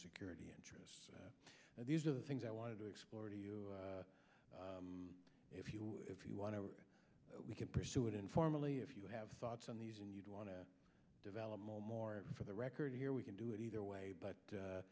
security interests and these are the things i wanted to already you if you if you want to we can pursue it informally if you have thoughts on these and you'd want to develop more more for the record here we can do it either way but